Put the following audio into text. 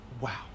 Wow